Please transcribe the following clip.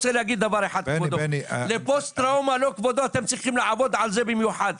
כבודו, אתם צריכים לעבוד על זה במיוחד.